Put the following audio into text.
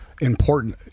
important